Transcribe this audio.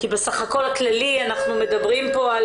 כי בסה"כ הכללי אנחנו מדברים פה,